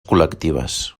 col·lectives